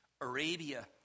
Arabia